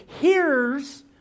hears